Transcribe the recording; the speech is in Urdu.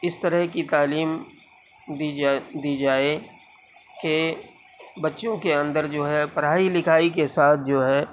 اس طرح کی تعلیم دی جائے دی جائے کہ بچوں کے اندر جو ہے پڑھائی لکھائی کے ساتھ جو ہے